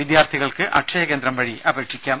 വിദ്യാർത്ഥികൾക്ക് അക്ഷയ കേന്ദ്രം വഴി അപേക്ഷിക്കാം